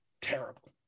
terrible